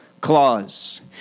clause